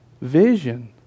vision